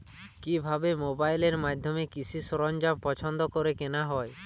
কিভাবে মোবাইলের মাধ্যমে কৃষি সরঞ্জাম পছন্দ করে কেনা হয়?